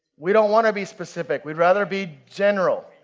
we don't wanna be specific. we'd rather be general.